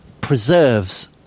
preserves